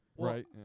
Right